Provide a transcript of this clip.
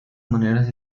maneras